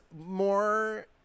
more